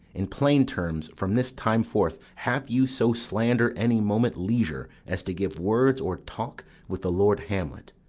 in plain terms, from this time forth have you so slander any moment leisure as to give words or talk with the lord hamlet.